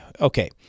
okay